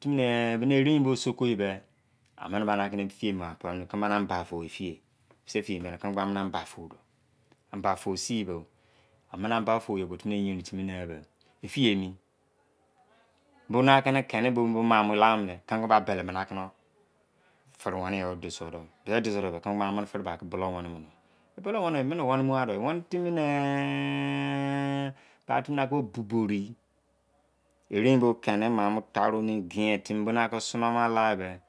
timi ne erein bo soko yinibe amanaba ambafou do ambafou sin bo amana ambafou you duo timi yerin timi ne be efii. ye emi bona kini keni buo mutimimaamo lamone kimone kimise bafiri weniye duo suo do i bulou wenimo debei wenitimine batimiakibo boberi